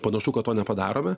panašu kad to nepadarome